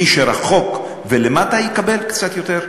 מי שרחוק ולמטה יקבל קצת יותר,